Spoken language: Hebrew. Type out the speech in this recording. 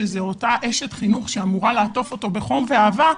שזאת אותה אשת חינוך שאמורה לעטוף אותו בחום ואהבה,